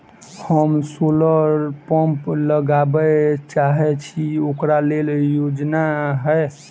हम solar pump लगाबै चाहय छी ओकरा लेल योजना हय?